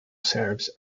serves